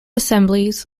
assemblies